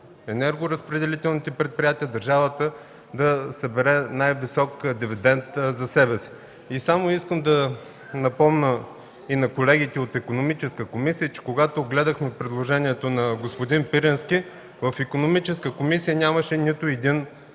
енергоразпределителните предприятия – държавата да събере най-висок дивидент за себе си. Ще напомня на колегите от Икономическата комисия, че когато гледаха предложението на господин Пирински, в комисията нямаше нито един